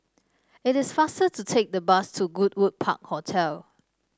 it is faster to take the bus to Goodwood Park Hotel